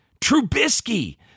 Trubisky